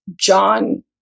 John